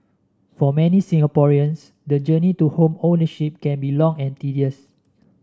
for many Singaporeans the journey to home ownership can be long and tedious